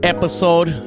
Episode